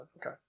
Okay